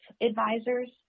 advisors